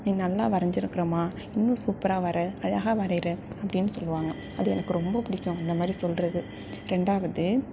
நீ நல்லா வரஞ்சிருக்கிறமா இன்னும் சூப்பராக வரை அழகாக வரையிற அப்படின் சொல்லுவாங்கள் அது எனக்கு ரொம்ப பிடிக்கும் அந்த மாதிரி சொல்கிறது ரெண்டாவது